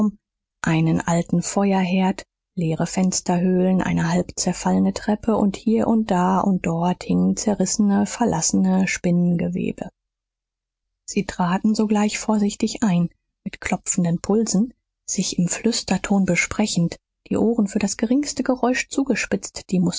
einen alten feuerherd leere fensterhöhlen eine halb zerfallene treppe und hier und da und dort hingen zerrissene verlassene spinnengewebe sie traten sogleich vorsichtig ein mit klopfenden pulsen sich im flüsterton besprechend die ohren für das geringste geräusch gespitzt die